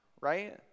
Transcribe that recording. right